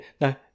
no